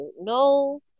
No